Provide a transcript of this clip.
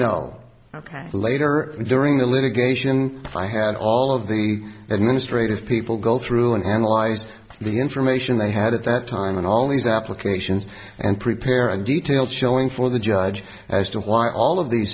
no ok later during the litigation i had all of the administrative people go through and analyze the information they had at that time and all these applications and prepare and detail showing for the judge as to why all of these